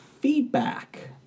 feedback